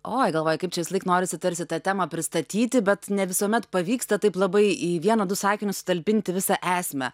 oi galvoju kaip čia visąlaik norisi tarsi tą temą pristatyti bet ne visuomet pavyksta taip labai į vieną du sakinius sutalpinti visą esmę